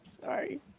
Sorry